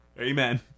Amen